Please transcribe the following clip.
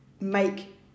make